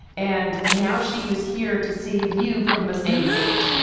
and now she was here to save you from the same fate.